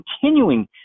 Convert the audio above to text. continuing